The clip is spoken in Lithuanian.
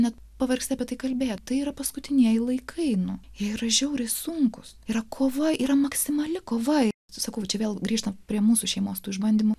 net pavargsti apie tai kalbėti tai yra paskutinieji laikai nu jei yra žiauriai sunkūs yra kova yra maksimali kovai su sakau čia vėl grįžtam prie mūsų šeimos tų išbandymų